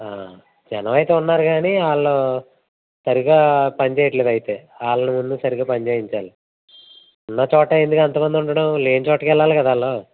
జనం అయితే ఉన్నారు కానీ వాళ్ళు సరిగా పనిచేయట్లేదు అయితే వాళ్ళని సరిగా పని చేయించాలి ఉన్న చోట ఏంటి అంత మంది ఉండటం లేని చోటు వెళ్ళాలి కదా వాళ్ళు